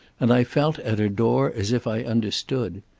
and i felt at her door as if i understood.